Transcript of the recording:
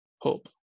hope